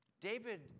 David